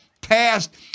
passed